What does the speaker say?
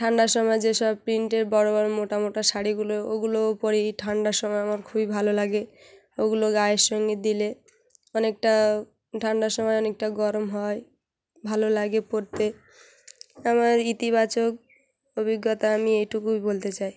ঠান্ডার সময় যেসব প্রিন্টের বড়ো বড়ো মোটা মোটা শাড়িগুলো ওগুলোও পরি ঠান্ডার সময় আমার খুবই ভালো লাগে ওগুলো গায়ের সঙ্গে দিলে অনেকটা ঠান্ডার সময় অনেকটা গরম হয় ভালো লাগে পরতে আমার ইতিবাচক অভিজ্ঞতা আমি এটুকুই বলতে চাই